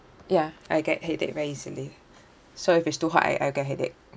ya I get headache very easily so if it's too hot I I'll get headache